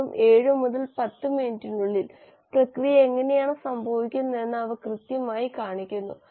വെറും 7 മുതൽ 10 മിനിറ്റിനുള്ളിൽ പ്രക്രിയ എങ്ങനെയാണ് സംഭവിക്കുന്നതെന്ന് അവ കൃത്യമായി കാണിക്കുന്നു